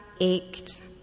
ached